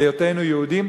בהיותנו יהודים,